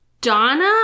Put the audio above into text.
Donna